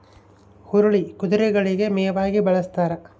ಹುರುಳಿ ಕುದುರೆಗಳಿಗೆ ಮೇವಾಗಿ ಬಳಸ್ತಾರ